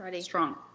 strong